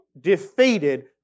defeated